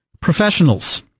professionals